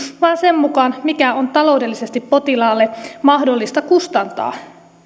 vaan sen mukaan mikä on taloudellisesti potilaalle mahdollista kustantaa